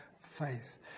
faith